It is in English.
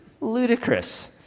ludicrous